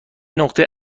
نقطه